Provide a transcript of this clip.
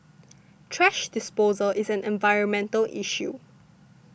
thrash disposal is an environmental issue